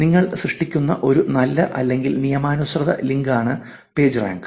നിങ്ങൾ സൃഷ്ടിക്കുന്ന ഒരു നല്ല അല്ലെങ്കിൽ നിയമാനുസൃത ലിങ്കാണ് പേജ് റാങ്ക്